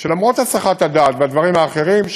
שלמרות הסחת הדעת והדברים האחרים,